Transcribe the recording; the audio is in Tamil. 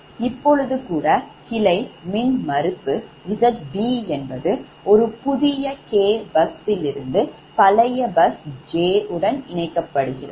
இப்போது கூட கிளை மின்மறுப்பு Zb என்பது ஒரு புதிய k bus லிருந்து பழைய bus j உடன் இணைக்கப்படுகிறது